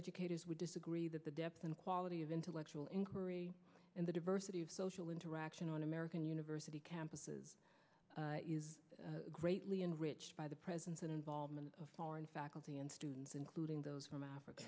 educators would disagree that the depth and quality of intellectual inquiry and the diversity of social interaction on american university campuses is greatly enriched by the presence and involvement of foreign faculty and students including those from africa